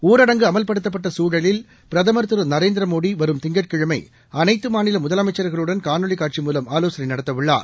ஊரடங்குஅமல்படுத்தப்பட்டகுழலில் பிரதமர் திரு நரேந்திரமோடிவரும் திங்கட்கிழமைஅனைத்துமாநிலமுதலமைச்சர்களுடன் காணொலிகாட்சி மூலம் ஆவோசனைநடத்தஉள்ளார்